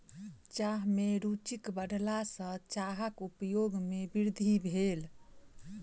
चाह में रूचिक बढ़ला सॅ चाहक उपयोग में वृद्धि भेल